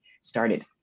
started